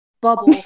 bubble